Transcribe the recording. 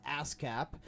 ASCAP